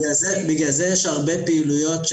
בגלל זה יש הרבה פעילויות,